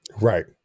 Right